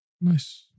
Nice